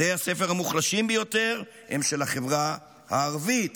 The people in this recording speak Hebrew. בתי הספר המוחלשים ביותר הם של החברה הערבית.